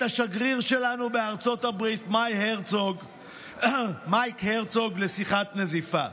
השגריר שלנו בארצות הברית מייק הרצוג לשיחת נזיפה.